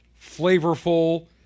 flavorful